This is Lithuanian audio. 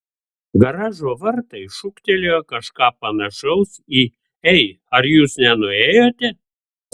garažo vartai šūktelėjo kažką panašaus į ei ar jūs nenuėjote